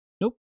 Nope